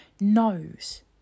knows